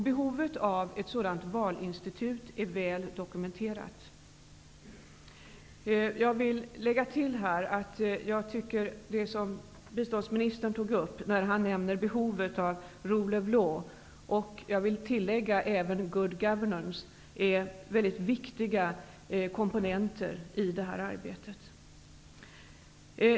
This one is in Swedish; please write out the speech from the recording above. Behovet av ett sådant valinstitut är väl dokumenterat. Jag vill här framhålla att jag instämmer i det som biståndsministern sade när han talade om behovet av rule of law och, vill jag tillägga, även good governments. De är väldigt viktiga komponenter i detta arbete.